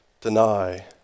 deny